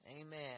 Amen